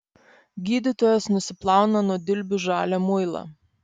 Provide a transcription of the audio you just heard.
gydytojas nusiplauna nuo dilbių žalią muilą